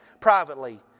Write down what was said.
privately